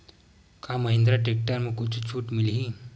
का महिंद्रा टेक्टर म कुछु छुट मिलही?